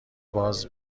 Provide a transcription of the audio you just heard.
باز